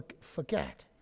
forget